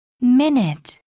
Minute